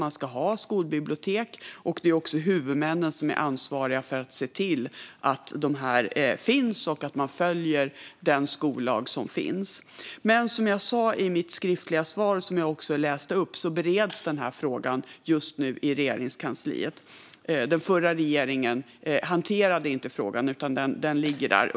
Man ska ha skolbibliotek, och det är huvudmännen som är ansvariga för att se till att de finns och att man följer den skollag som finns. Men som jag sa i mitt skriftliga svar och som jag också svarade här bereds den här frågan just nu i Regeringskansliet. Den förra regeringen hanterade inte frågan, utan den ligger där.